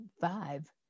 five